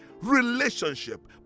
relationship